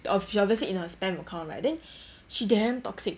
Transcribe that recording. then of she obviously in a spam account right then she damn toxic